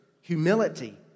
humility